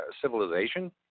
civilization